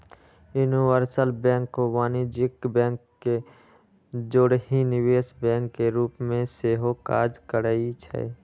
universal bank वाणिज्यिक bank के जौरही निवेश बैंक के रूप में सेहो काज करइ छै